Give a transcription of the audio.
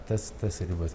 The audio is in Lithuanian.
tas tas ribas